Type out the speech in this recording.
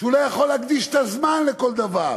שהוא לא יכול להקדיש את הזמן לכל דבר,